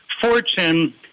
fortune